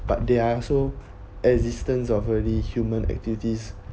but there are also existence of early human activities